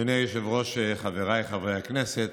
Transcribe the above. אדוני היושב-ראש, חבריי חברי הכנסת,